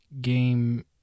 game